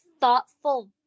thoughtful